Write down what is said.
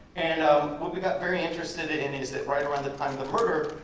and um what we got very interested in is that right around the time of the murder,